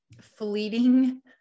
fleeting